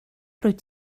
rwyt